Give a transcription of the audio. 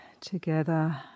together